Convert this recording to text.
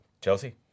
Chelsea